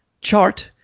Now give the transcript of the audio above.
chart